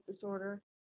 disorder